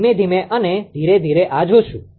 ધીમે ધીમે અને ધીરે ધીરે આ જોશું